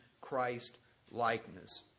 Christ-likeness